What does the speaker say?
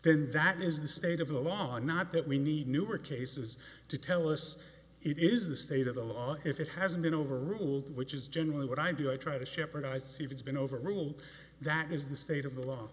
then that is the state of the law not that we need newer cases to tell us it is the state of the law if it hasn't been overruled which is generally what i do i try to shepherd i see if it's been overruled that is the state of the law